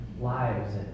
lives